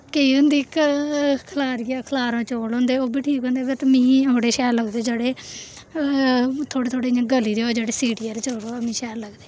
केईं होंदे कि खलारियै खलारा चौल होंदे ओह् बी ठीक होंदे बट मी ओह्ड़े शैल लगदे जेह्ड़े थोह्ड़े थोह्ड़े इ'यां गले दे होऐ जेह्ड़े सीटी आह्ले चौल ओह् मी शैल लगदे